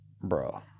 Bro